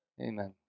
Amen